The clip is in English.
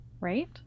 right